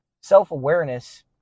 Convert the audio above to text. self-awareness